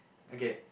okay